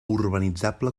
urbanitzable